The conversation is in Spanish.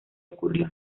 ocurrió